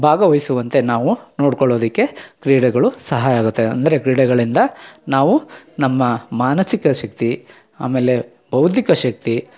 ಭಾಗವಿಸುವಂತೆ ನಾವು ನೋಡಿಕೊಳೋದಿಕ್ಕೆ ಕ್ರೀಡೆಗಳು ಸಹಾಯ ಆಗುತ್ತೆ ಅಂದರೆ ಕ್ರೀಡೆಗಳಿಂದ ನಾವು ನಮ್ಮ ಮಾನಸಿಕ ಶಕ್ತಿ ಆಮೇಲೆ ಬೌದ್ದಿಕ ಶಕ್ತಿ